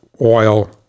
oil